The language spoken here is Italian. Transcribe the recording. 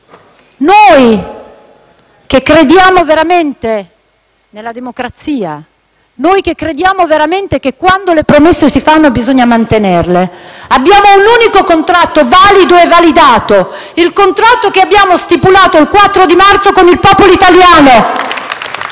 Noi, che crediamo veramente nella democrazia, noi che crediamo veramente che quando le promesse si fanno bisogna mantenerle, abbiamo un unico contratto valido e validato: il contratto che abbiamo stipulato il 4 marzo con il popolo italiano.